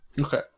Okay